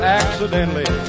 accidentally